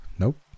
Nope